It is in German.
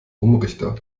umrichter